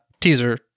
teaser